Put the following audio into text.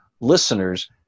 listeners